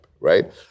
right